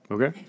Okay